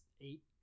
eight